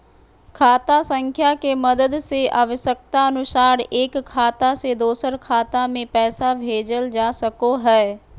खाता संख्या के मदद से आवश्यकता अनुसार एक खाता से दोसर खाता मे पैसा भेजल जा सको हय